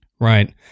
right